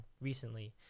recently